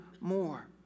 more